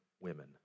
women